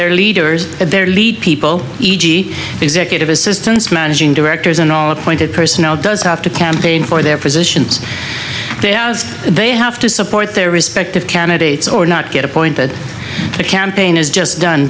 their leaders their lead people e g executive assistants managing directors and all appointed personnel does have to campaign for their positions there as they have to support their respective candidates or not get appointed to campaign is just done